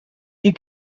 you